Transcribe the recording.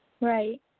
Right